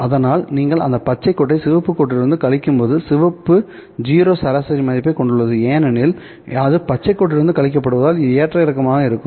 அதனால் நீங்கள் அந்த பச்சை கோட்டை சிவப்பு கோட்டிலிருந்து கழிக்கும்போது சிவப்பு 0 சராசரி மதிப்பைக் கொண்டுள்ளதுஏனெனில் அது பச்சை கோட்டிலிருந்து கழிக்கப்படுவதால் இது ஏற்ற இறக்கமாக இருக்கும்